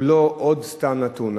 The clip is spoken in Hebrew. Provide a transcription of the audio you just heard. הוא לא עוד סתם נתון.